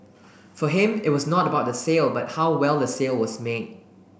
for him it was not about the sale but how well the sale was made